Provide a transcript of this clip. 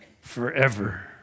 forever